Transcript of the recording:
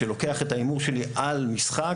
שלוקח את ההימור שלי על משחק.